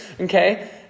Okay